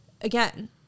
again